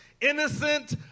innocent